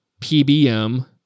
PBM